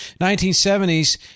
1970s